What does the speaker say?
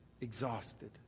exhausted